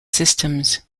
systems